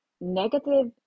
Negative